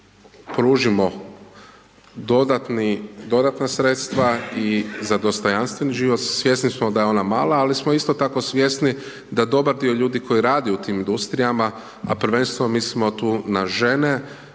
pružimo dodatna sredstva i za dostojanstven život, svjesni smo da je ona mala ali smo isto tako svjesni da dobar dio ljudi koji rade u tim industrijama, a prvenstveno mislimo tu na žene